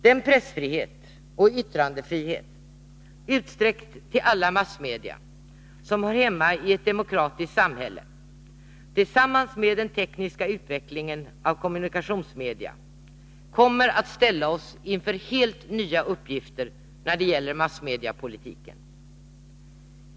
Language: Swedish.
Den pressfrihet och yttrandefrihet, utsträckt till alla massmedia, som hör hemma i ett demokratiskt samhälle tillsammans med den tekniska utvecklingen av kommunikationsmedia kommer att ställa oss inför helt nya uppgifter när det gäller massmediepolitiken.